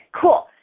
Cool